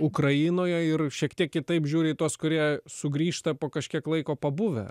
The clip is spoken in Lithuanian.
ukrainoje ir šiek tiek kitaip žiūri į tuos kurie sugrįžta po kažkiek laiko pabuvę